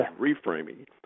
reframing